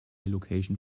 location